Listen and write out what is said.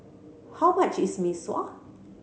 how much is Mee Sua